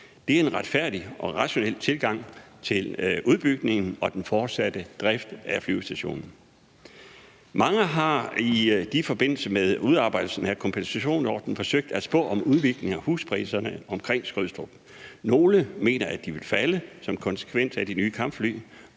Det er en retfærdig og rationel tilgang til udbygningen og den fortsatte drift af flyvestationen. Mange har i forbindelse med udarbejdelsen af kompensationsordningen forsøgt at spå om udviklingen i huspriserne omkring Skrydstrup – nogle mener, at de vil falde som konsekvens af de nye kampfly